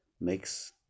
makes